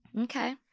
Okay